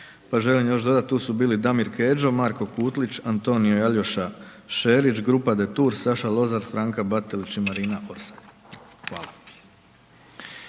pa želim još dodat, tu su bili Damir Kedžo, Marko Kutlić, Antonija i Aljoša Šerić, grupa Detour, Saša Lozar, Franka Batelić i Marina Orsat. Hvala.